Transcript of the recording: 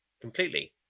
completely